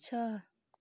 छः